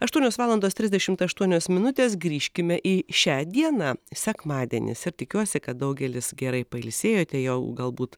aštuonios valandos trisdešimt aštuonios minutės grįžkime į šią dieną sekmadienis ir tikiuosi kad daugelis gerai pailsėjote jau galbūt